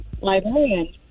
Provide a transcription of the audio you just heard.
librarian